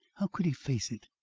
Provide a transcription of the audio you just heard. how could he face it!